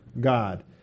God